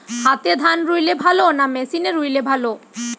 হাতে ধান রুইলে ভালো না মেশিনে রুইলে ভালো?